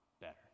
better